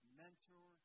mentor